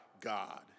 God